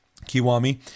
kiwami